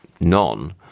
none